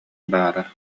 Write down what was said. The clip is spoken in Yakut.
баара